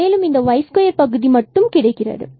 மேலும் இந்த y2 பகுதி மட்டும் கிடைக்கிறது